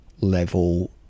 level